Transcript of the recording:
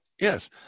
yes